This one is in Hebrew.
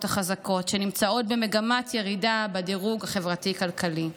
החזקות שנמצאות במגמת ירידה בדירוג החברתי-כלכלי.